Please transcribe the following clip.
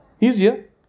Easier